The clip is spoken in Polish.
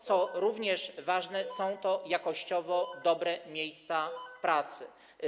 Co również ważne, są to jakościowo dobre miejsca pracy.